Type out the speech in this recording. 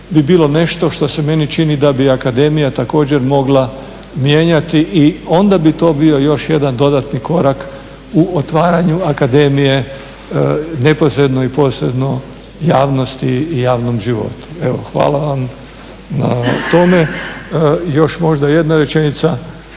bi bilo nešto što se meni čini da bi Akademija također mogla mijenjati i onda bi to bio još jedan dodatni korak u otvaranju Akademije neposredno i posredno javnosti i javnom životu. Evo hvala vam na tome. Još možda jedna rečenica.